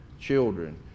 children